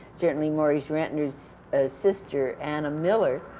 certainly, maurice rentner's ah sister, anna miller,